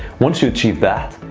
once you achieve that,